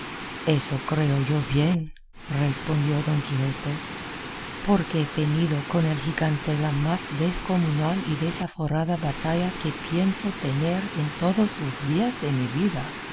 eso creo yo bien respondió don quijote porque he tenido con el gigante la más descomunal y desaforada batalla que pienso tener en todos los días de mi vida